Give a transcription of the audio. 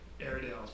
airedales